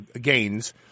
gains